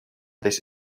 this